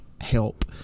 help